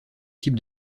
type